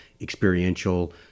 experiential